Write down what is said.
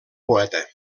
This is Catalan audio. poeta